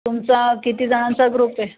तुमचा किती जणांचा ग्रुप आहे